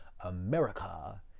America